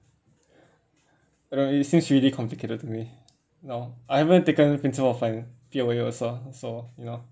I don't know it seems really complicated to me no I haven't taken principal of finan~ P_O_A also so you know